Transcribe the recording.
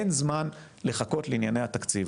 אין זמן לחכות לענייני התקציב.